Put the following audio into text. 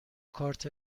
کارت